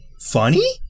funny